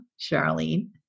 Charlene